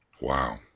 Wow